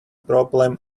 problem